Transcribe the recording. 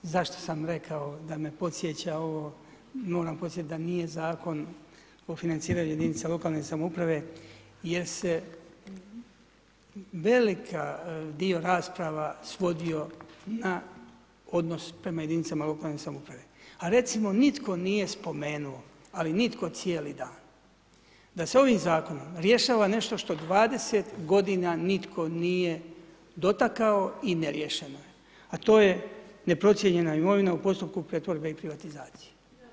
Zašto sam rekao da me podsjeća ovo, moram podsjetiti da nije Zakon o financiranju jedinica lokalne samouprave jer se veliki dio rasprava svodio na odnos prema jedinicama lokalne samouprave, a recimo nitko nije spomenuo, ali nitko cijeli dan da se ovim zakonom rješava nešto što 20 godina nitko nije dotakao i ne riješeno je, a to je neprocijenjena imovina u postupu pretvorbe i privatizacije.